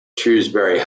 shrewsbury